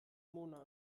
monat